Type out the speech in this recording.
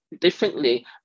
differently